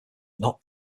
not